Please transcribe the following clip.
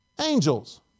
Angels